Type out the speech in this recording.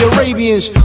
Arabians